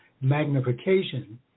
magnification